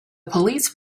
police